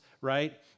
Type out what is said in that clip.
right